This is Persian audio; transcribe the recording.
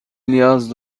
نیاز